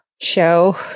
show